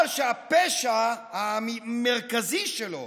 אבל הפשע המרכזי שלו